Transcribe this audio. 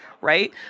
right